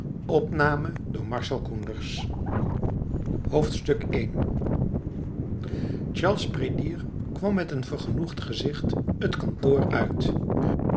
daum goena goena charles prédier kwam met een vergenoegd gezicht het kantoor uit